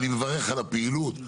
אני מברך על הפעילות.